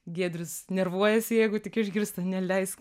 giedrius nervuojasi jeigu tik išgirsta neleisk